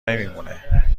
نمیمونه